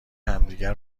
همدیگه